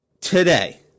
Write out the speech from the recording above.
today